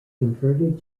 converted